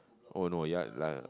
oh no ya lah